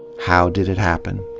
how d id it happen?